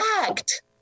act